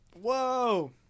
Whoa